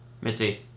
Mitzi